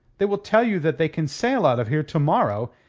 they will tell you that they can sail out of here to-morrow,